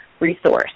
resource